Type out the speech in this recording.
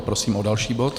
Prosím o další bod.